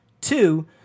Two